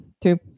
Two